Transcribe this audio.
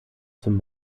zum